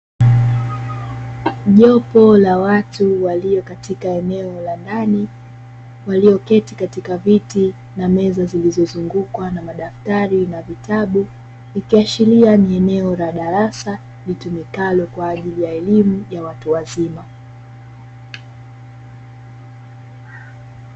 Jopo la watu walio katika eneo la ndani walioketi katika viti na meza zilizozungukwa na madaftari na vitabu, ikiashiria ni eneo la darasa litumikalo kwa ajili ya elimu ya watu wazima.